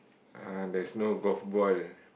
uh there's no golf ball